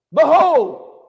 behold